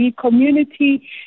community